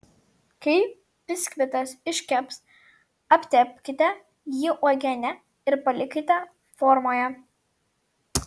kai biskvitas iškeps aptepkite jį uogiene ir palikite formoje